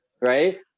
right